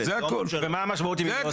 ומה המשמעות אם היא לא עושה את זה?